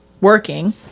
working